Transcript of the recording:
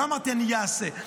לא אמרתי שאני אעשה,